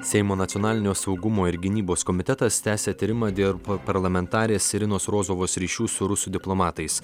seimo nacionalinio saugumo ir gynybos komitetas tęsia tyrimą dėl parlamentarės irinos rozovos ryšių su rusų diplomatais